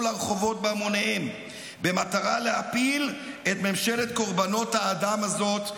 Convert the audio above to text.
לרחובות בהמוניהם במטרה להפיל את ממשלת קורבנות האדם הזאת",